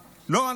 לא,